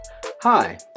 Hi